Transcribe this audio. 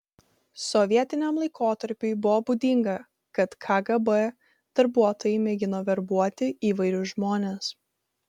sovietiniam laikotarpiui buvo būdinga kad kgb darbuotojai mėgino verbuoti įvairius žmones